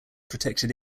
protected